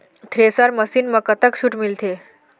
Thresher machine म कतक छूट मिलथे?